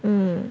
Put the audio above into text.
mm